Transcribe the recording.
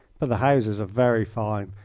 but the houses are very fine,